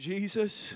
Jesus